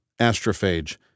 Astrophage